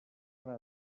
serà